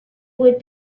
would